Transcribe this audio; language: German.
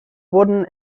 wurden